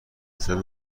نسبت